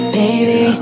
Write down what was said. baby